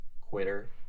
quitter